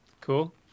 Cool